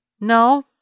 No